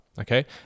okay